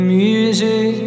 music